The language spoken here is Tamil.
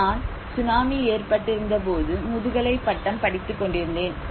நான் சுனாமி ஏற்பட்டு இருந்தபோது முதுகலை பட்டம் படித்துக்கொண்டிருந்தேன்